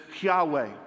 Yahweh